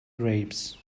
grapes